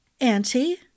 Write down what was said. Auntie